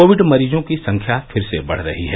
Covid मरीजों की संख्या फिर से बढ़ रही है